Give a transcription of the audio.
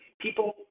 people